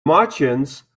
martians